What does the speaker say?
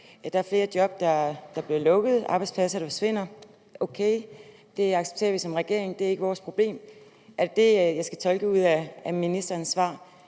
der er flere job, der bliver nedlagt, arbejdspladser, der forsvinder, det er o.k., det accepterer man som regering, det ikke er regeringens problem. Er det det, jeg skal tolke ud af ministerens svar?